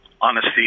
honesty